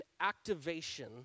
activation